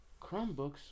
Chromebooks